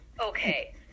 okay